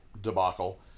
debacle